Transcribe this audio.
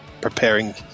preparing